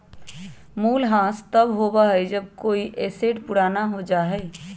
मूल्यह्रास तब होबा हई जब कोई एसेट पुराना हो जा हई